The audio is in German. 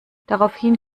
daraufhin